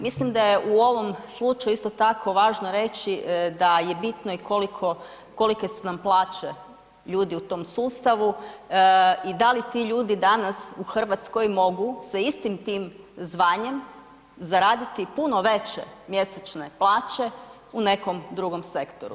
Mislim da je u ovom slučaju isto tako važno reći da je bitno i kolike su nam plaće ljudi u tom sustavu i da li ti ljudi danas u Hrvatskoj mogu sa istim tim zvanjem puno veće mjesečne plaće u nekom drugom sektoru.